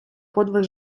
подвиг